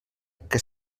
que